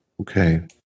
Okay